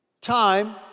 Time